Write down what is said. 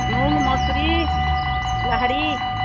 मूंग मसुरी राहरि